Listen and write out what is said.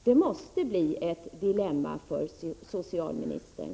Det måste bli ett dilemma för socialministern.